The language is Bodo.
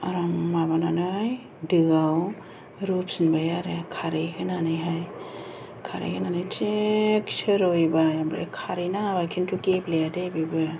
आराम माबानानै दोआव रुफिनबाय आरो खारै होनानैहाय खारै होनानै थिगसे रुहैबाय ओमफ्राय खारै नाङाबा खिनथु गेब्लेयादै बेबो